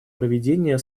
проведение